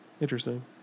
Interesting